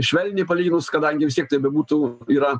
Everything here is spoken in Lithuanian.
švelniai palyginus kadangi tai bebūtų yra